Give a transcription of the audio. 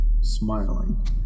smiling